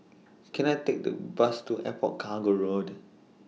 Can I Take The Bus to Airport Cargo Road